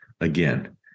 again